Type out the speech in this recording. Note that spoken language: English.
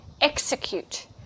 execute